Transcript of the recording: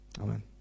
Amen